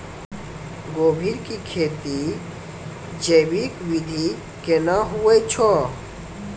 गोभी की खेती जैविक विधि केना हुए छ?